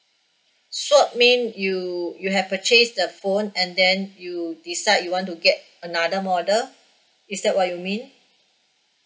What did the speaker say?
swap mean you you have purchase the phone and then you decide you want to get another model is that what you mean